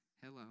Hello